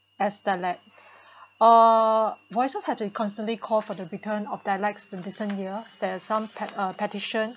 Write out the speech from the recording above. as dialects uh voice have been constantly call for the return of dialects of in decent year there's some pet~ uh petition